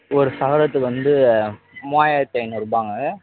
ஒரு சவரத்துக்கு வந்து மூவாயிரத்து ஐநூறுரூபாங்க